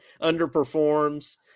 underperforms